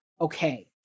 Okay